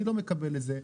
אני לא מקבל את זה.